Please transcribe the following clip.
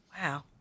wow